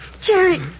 Jerry